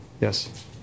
Yes